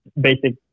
basic